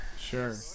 Sure